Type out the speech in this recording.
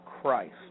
Christ